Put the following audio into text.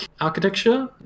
architecture